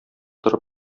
торып